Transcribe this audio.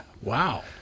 Wow